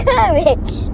Courage